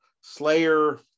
Slayer